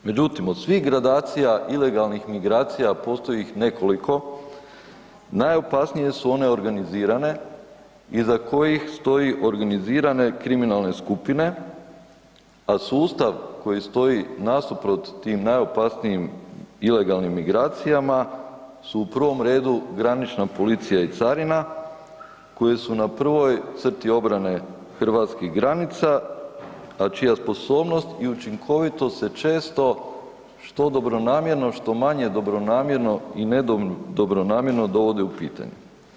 Međutim, od svih gradacija ilegalnih migracija, a postoji ih nekoliko, najopasnije su one organizirane iza kojih stoje organizirane kriminalne skupine, a sustav koji stoji nasuprot tim najopasnijim ilegalnim migracijama su u prvom redu granična policija i carina koje su na prvoj crti obrane hrvatskih granica a čija sposobnost i učinkovitost se često što dobronamjerno što manje dobronamjerno i nedobronamjerno, dovodi u pitanje.